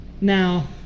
Now